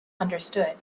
understood